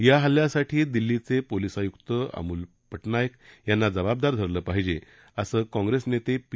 या हल्ल्यासाठी दिल्लीचे पोलीस आय्क्त अमूल्य पटनायक यांना जबाबदार धरलं पहिजे असं काँग्रेस नेते पी